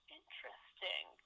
interesting